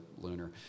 lunar